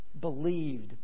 believed